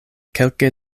kelke